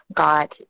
got